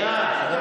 ניר אורבך,